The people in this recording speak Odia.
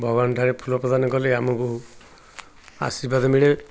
ଭଗବାନ ଠାରେ ଫୁଲ ପ୍ରଦାନ କଲେ ଆମକୁ ଆଶୀର୍ବାଦ ମିଳେ